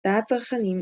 הרתעת צרכנים,